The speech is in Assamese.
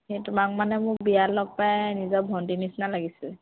সেই তোমাক মানে মোৰ বিয়াত লগ পাই নিজৰ ভণ্টীৰ নিচিনা লাগিছিল